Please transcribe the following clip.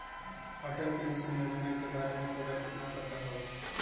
Atal pension योजना के बारे में तोरा कितना पता हाउ?